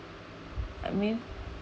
I mean